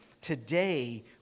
Today